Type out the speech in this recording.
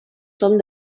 són